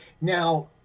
Now